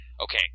Okay